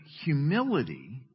humility